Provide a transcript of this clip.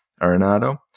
Arenado